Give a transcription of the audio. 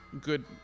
good